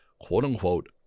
quote-unquote